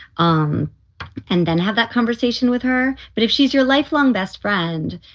um and then have that conversation with her. but if she's your lifelong best friend,